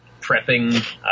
prepping